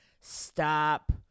stop